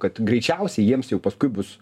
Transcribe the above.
kad greičiausiai jiems jau paskui bus